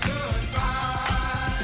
Goodbye